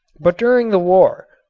but during the war,